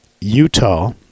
Utah